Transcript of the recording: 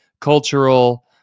cultural